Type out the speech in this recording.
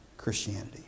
Christianity